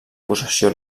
possessió